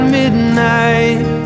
midnight